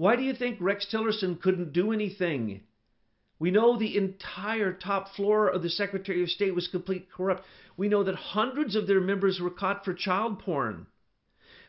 why do you think rex tillerson couldn't do anything we know the entire top floor of the secretary of state was completely corrupt we know that hundreds of their members were caught for child porn